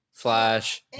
flash